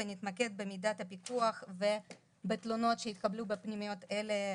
ונתמקד במידת הפיקוח ובתלונות שהתקבלו בפנימיות אלה.